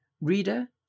reader